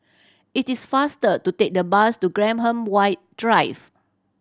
it is faster to take the bus to Graham White Drive